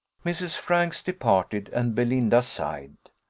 mrs. franks departed, and belinda sighed.